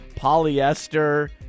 polyester